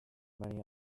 many